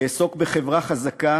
אעסוק בחברה חזקה